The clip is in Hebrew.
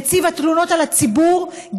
נציב תלונות הציבור על השופטים,